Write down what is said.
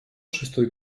шестой